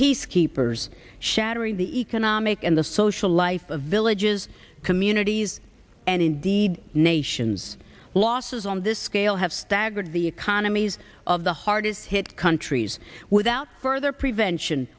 peacekeepers shattering the economic and the social life of villages communities and indeed nations losses on this scale have staggered the economies of the hardest hit countries without further prevention